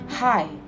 Hi